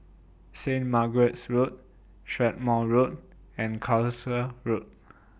Saint Margaret's Road Strathmore Road and Carlisle Road